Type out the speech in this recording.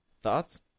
Thoughts